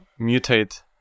mutate